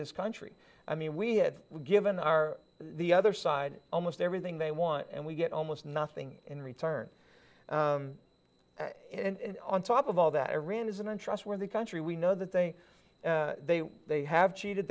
this country i mean we had given our the other side almost everything they want and we get almost nothing in return and on top of all that iran is an untrustworthy country we know that they they they have cheated